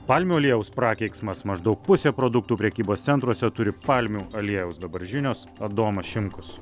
palmių aliejaus prakeiksmas maždaug pusė produktų prekybos centruose turi palmių aliejaus dabar žinios adomui šimkus